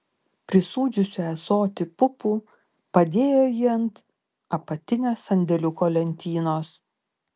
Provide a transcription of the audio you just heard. prisūdžiusi ąsotį pupų padėjo jį ant apatinės sandėliuko lentynos